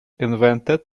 invented